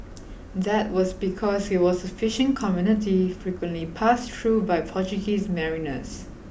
that was because it was a fishing community frequently passed through by Portuguese mariners